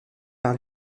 par